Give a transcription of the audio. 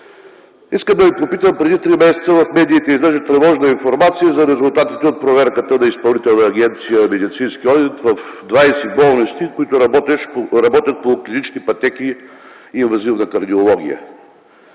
Искам да Ви попитам – преди 3 месеца в медиите излезе тревожна информация за резултатите от проверката на Изпълнителна агенция „Медицински одит” в 20 болници, които работят по клинични пътеки „инвазивна кардиология”,